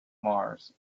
mars